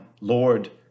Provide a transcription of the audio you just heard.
Lord